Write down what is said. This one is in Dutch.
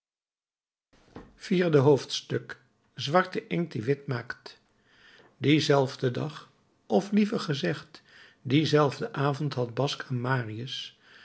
vierde hoofdstuk zwarte inkt die wit maakt dienzelfden dag of liever gezegd dienzelfden avond had basque aan marius